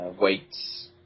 weights